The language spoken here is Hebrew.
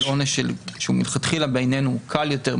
עונש שהוא מלכתחילה בעינינו קל יותר,